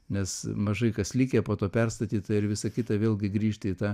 nes mažai kas likę po to perstatyta ir visa kita vėlgi grįžt į tą